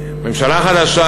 ממשלה חדשה,